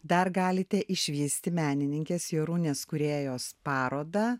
dar galite išvysti menininkės jorūnės kūrėjos parodą